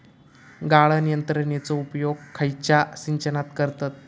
गाळण यंत्रनेचो उपयोग खयच्या सिंचनात करतत?